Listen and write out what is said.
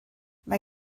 mae